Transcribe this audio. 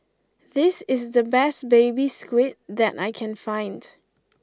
this is the best Baby Squid that I can find